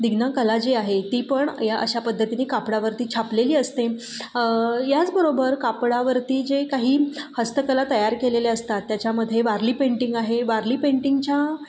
दिघना कला जी आहे ती पण या अशा पद्धतीने कापडावरती छापलेली असते याचबरोबर कापडावरती जे काही हस्तकला तयार केलेले असतात त्याच्यामध्ये वारली पेंटिंग आहे वारली पेंटिंगच्या